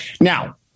Now